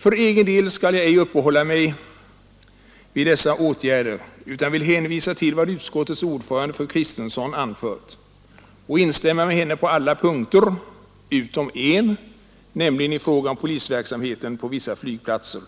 För egen del skall jag ej uppehålla mig vid dessa åtgärder utan vill hänvisa till vad utskottets ordförande, fru Kristensson, anfört och instämma med henne på alla punkter utom en, nämligen i fråga om polisverksamheten på vissa flygplatser.